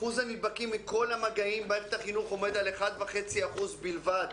אחוז הנדבקים מכל המגעים במערכת החינוך עומד על 1.5% בלבד.